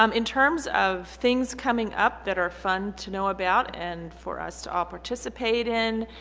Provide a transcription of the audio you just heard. um in terms of things coming up that are fun to know about and for us to all participate in